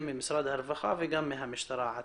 ממשרד הרווחה וגם מהמשטרה עצמה.